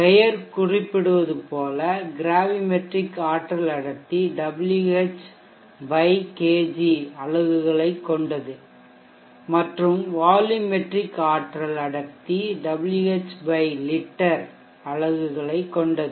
பெயர் குறிப்பிடுவது போல கிராவிமெட்ரிக் ஆற்றல் அடர்த்தி Wh kg அலகுகளைக் கொண்டுள்ளது மற்றும் வால்யூமெட்ரிக் ஆற்றல் அடர்த்தி Wh லிட்டர் அலகுகளைக் கொண்டுள்ளது